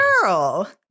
girl